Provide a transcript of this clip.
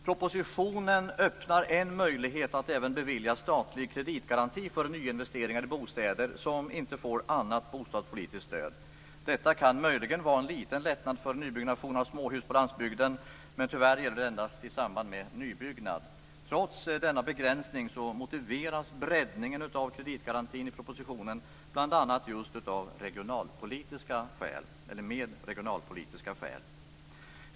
Propositionen öppnar en möjlighet att även bevilja statlig kreditgaranti för nyinvesteringar i bostäder som inte får annat bostadspolitiskt stöd. Detta kan möjligen vara en liten lättnad för nybyggnation av småhus på landsbygden, men tyvärr gäller det endast i samband med nybyggnad. Trots denna begränsning motiveras breddningen av kreditgarantin i propositionen med bl.a. regionalpolitiska skäl.